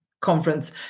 conference